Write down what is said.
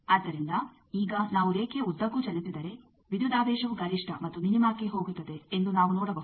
ಆದ್ದರಿಂದ ಈಗ ನಾವು ರೇಖೆಯ ಉದ್ದಕ್ಕೂ ಚಲಿಸಿದರೆ ವಿದ್ಯುದಾವೇಶವು ಗರಿಷ್ಠ ಮತ್ತು ಮಿನಿಮಾಕ್ಕೆ ಹೋಗುತ್ತದೆ ಎಂದು ನಾವು ನೋಡಬಹುದು